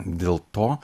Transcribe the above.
dėl to